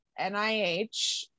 NIH